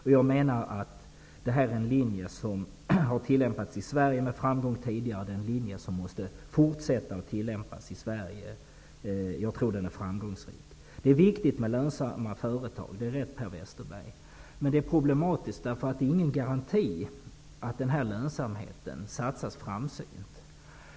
Det är en metod som tidigare har tillämpats med framgång i Sverige, och vi måste fortsätta att följa den linjen. Jag tror att den är framgångsrik. Det är viktigt med lönsamma företag. Det är rätt, Per Westerberg. Men det är problematiskt. Det finns ingen garanti för att denna lönsamhet satsas framsynt.